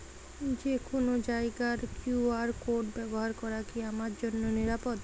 যে কোনো জায়গার কিউ.আর কোড ব্যবহার করা কি আমার জন্য নিরাপদ?